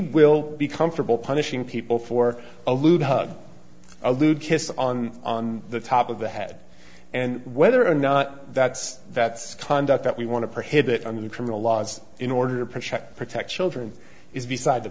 will be comfortable punishing people for a lewd hug a lewd kiss on the top of the head and whether or not that's that's conduct that we want to prohibit on the criminal laws in order to protect protect children is beside the